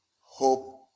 hope